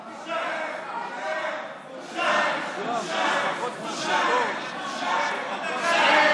בושה, בושה, בושה, בושה,